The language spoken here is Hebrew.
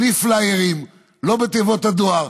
בלי פליירים, לא בתיבות הדואר,